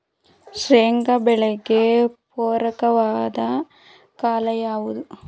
ಶೇಂಗಾ ಬೆಳೆಗೆ ಪೂರಕವಾದ ಕಾಲ ಯಾವುದು?